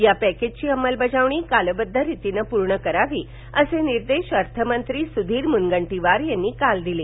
या पॅकेजची अंमलबजावणी कालबद्ध रितीनं पूर्ण करावी असे निर्देश अर्थमंत्री सुधीर मुनगंटीवार यांनी काल दिले